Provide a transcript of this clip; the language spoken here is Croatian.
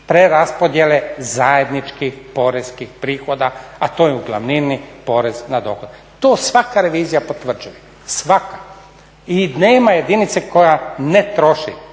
preraspodjele zajedničkih poreskih prihoda, a to je u glavnini porez na dohodak. To svaka revizija potvrđuje. Svaka. I nema jedinice koja ne troši